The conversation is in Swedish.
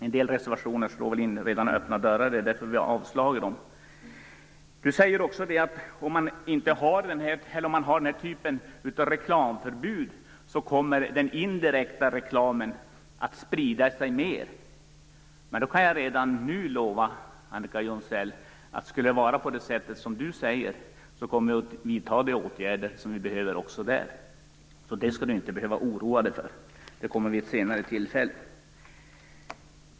En del reservationer slår in redan öppna dörrar, vilket är skälet till att vi har avstyrkt dem. Annika Jonsell säger också att den här typen av reklamförbud kommer att innebära att den indirekta reklamen sprider sig mer. Jag kan redan nu lova Annika Jonsell att vi om så skulle vara fallet kommer att vidta de åtgärder som behöver vidtas. Så det behöver Annika Jonsell inte oroa sig för - detta tas upp vid ett senare tillfälle.